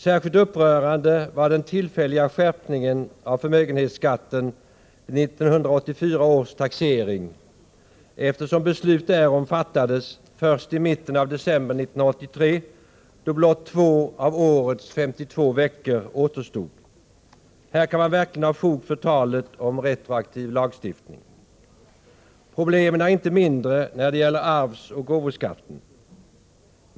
Särskilt upprörande var den tillfälliga skärpningen av förmögenhetsskatten vid 1984 års taxering, eftersom beslut därom fattades först i mitten av december 1983, då blott 2 av årets 52 veckor återstod. Här kan man verkligen ha fog för talet om retroaktiv lagstiftning. Problemen är inte mindre när det gäller arvsoch gåvoskatten.